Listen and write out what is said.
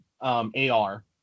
AR